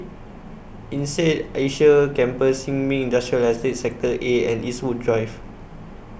Insead Asia Campus Sin Ming Industrial Estate Sector A and Eastwood Drive